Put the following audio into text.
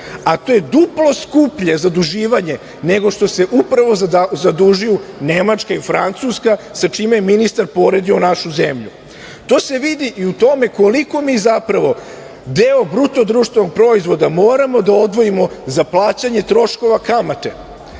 a to je duplu skuplje zaduživanje, nego što se upravo zadužuju Nemačka i Francuska sa čime je ministar poredio našu zemlju. To se vidi i u tome koliko mi zapravo, prvo deo BDP moramo da odvojimo za plaćanje troškova kamate.